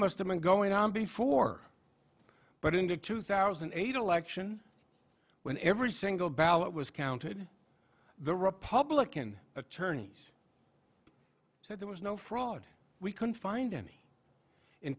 must have been going on before but in the two thousand and eight election when every single ballot was counted the republican attorneys said there was no fraud we couldn't find any in